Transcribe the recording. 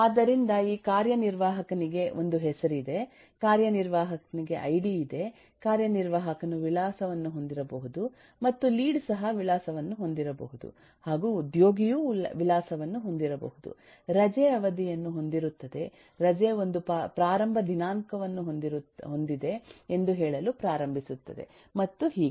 ಆದ್ದರಿಂದ ಈ ಕಾರ್ಯನಿರ್ವಾಹಕನಿಗೆ ಒಂದು ಹೆಸರು ಇದೆ ಕಾರ್ಯನಿರ್ವಾಹಕನಿಗೆ ಐಡಿ ಇದೆ ಕಾರ್ಯನಿರ್ವಾಹಕನು ವಿಳಾಸವನ್ನು ಹೊಂದಿರಬಹುದು ಮತ್ತು ಲೀಡ್ ಸಹ ವಿಳಾಸವನ್ನು ಹೊಂದಿರಬಹುದು ಹಾಗು ಉದ್ಯೋಗಿಯು ವಿಳಾಸವನ್ನು ಹೊಂದಿರಬಹುದು ರಜೆ ಅವಧಿಯನ್ನು ಹೊಂದಿರುತ್ತದೆ ರಜೆ ಒಂದು ಪ್ರಾರಂಭ ದಿನಾಂಕವನ್ನು ಹೊಂದಿದೆ ಎಂದು ಹೇಳಲು ಪ್ರಾರಂಭಿಸುತ್ತದೆ ಮತ್ತು ಹೀಗೆ